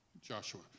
Joshua